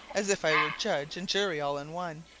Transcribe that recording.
as if i were judge and jury all in one,